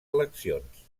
eleccions